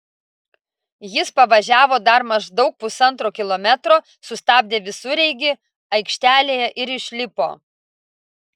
jis pavažiavo dar maždaug pusantro kilometro sustabdė visureigį aikštelėje ir išlipo